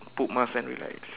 put mask and relax